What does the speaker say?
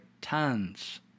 tons